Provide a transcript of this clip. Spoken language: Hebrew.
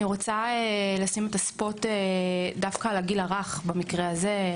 אני רוצה לשים את הספוט דווקא על הגיל הרך במקרה הזה.